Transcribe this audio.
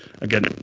again